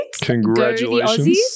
Congratulations